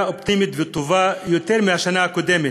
אופטימית וטובה יותר מבשנה הקודמת.